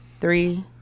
Three